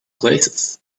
places